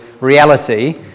reality